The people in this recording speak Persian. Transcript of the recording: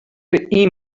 این